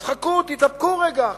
אז תחכו, תתאפקו עוד רגע אחד.